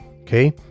Okay